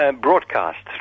broadcasts